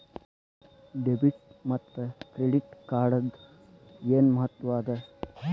Debit ಮತ್ತ credit ಕಾರ್ಡದ್ ಏನ್ ಮಹತ್ವ ಅದ?